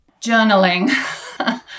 Journaling